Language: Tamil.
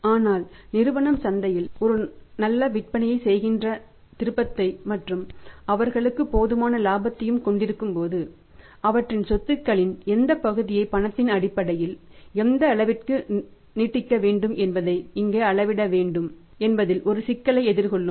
ஆனால் நிறுவனம் சந்தையில் ஒரு நல்ல விற்பனையைச் செய்கின்ற திருப்பத்தை மற்றும் அவர்களுக்கு போதுமான இலாபத்தையும் கொண்டிருக்கும் போது அவற்றின் சொத்துக்களின் எந்த பகுதியை பணத்தின் அடிப்படையில் எந்த அளவிற்கு நீட்டிக்க வேண்டும் என்பதை இங்கே அளவிட வேண்டும் என்றால் ஒரு சிக்கலை எதிர் கொள்ளும்